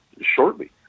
shortly